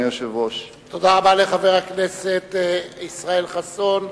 תודה לחבר הכנסת ישראל חסון,